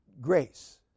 grace